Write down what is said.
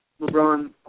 LeBron